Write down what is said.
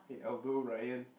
hate Aldo Ryan